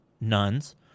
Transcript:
nuns